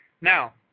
Now